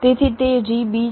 તેથી તે g b છે